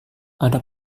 ada